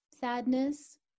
sadness